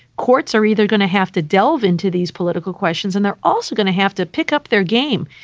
courts are either going to have to delve into these political questions and they're also going to have to pick up their game.